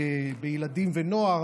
בילדים ונוער,